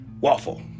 Waffle